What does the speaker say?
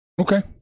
Okay